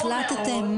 החלטתם?